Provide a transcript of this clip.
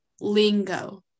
Lingo